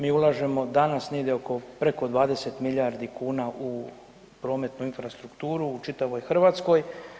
Mi ulažemo danas negdje oko preko 20 milijardi kuna u prometnu infrastrukturu u čitavoj Hrvatskoj.